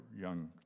young